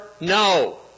no